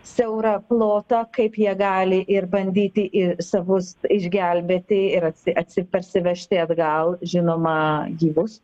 siaurą plotą kaip jie gali ir bandyti ir savus išgelbėti ir atsi atsi parsivežti atgal žinoma gyvus